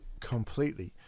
completely